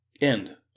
End